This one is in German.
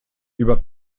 über